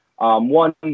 One –